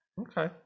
Okay